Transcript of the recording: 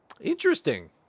Interesting